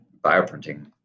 bioprinting